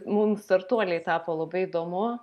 mums startuoliai tapo labai įdomu